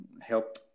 help